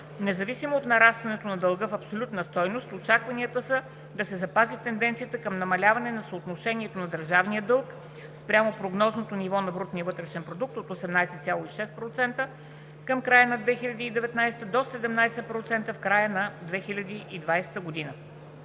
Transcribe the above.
независимо от нарастването на дълга в абсолютна стойност, очакванията са да се запази тенденцията към намаляване на съотношението на държавния дълг спрямо прогнозното ниво на брутния вътрешен продукт от 18,6% към края на 2019 г. до 17% в края на 2020 г.